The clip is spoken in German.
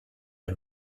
der